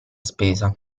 spesa